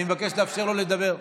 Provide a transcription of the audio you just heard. אני מבקש לאפשר לו לדבר.